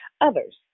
others